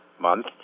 month